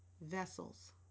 vessels